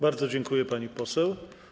Bardzo dziękuję, pani poseł.